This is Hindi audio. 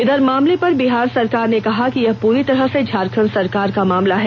इधर इस मामले पर बिहार सरकार ने कहा कि यह पूरी तरह से झारखंड सरकार का मामला है